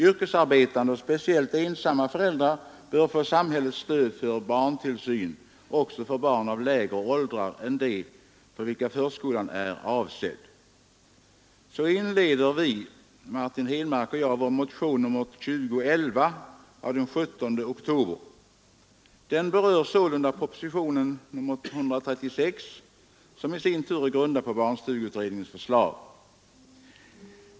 Yrkesarbetande och speciellt ensamma föräldrar bör få samhällets stöd för barntillsyn också för barn av lägre åldrar än de för vilka förskolan är avsedd.” Så inleder Martin Henmark och jag vår motion nr 2011 av den 17 oktober. Den berör sålunda propositionen 136, som i sin tur är grundad på barnstugeutredningens förslag.